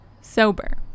Sober